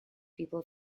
people